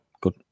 good